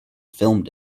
filmed